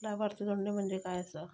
लाभार्थी जोडणे म्हणजे काय आसा?